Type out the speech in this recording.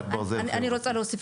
אני רוצה להוסיף.